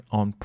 on